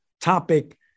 topic